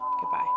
Goodbye